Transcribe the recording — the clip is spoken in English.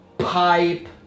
PIPE